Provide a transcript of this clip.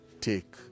take